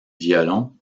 violon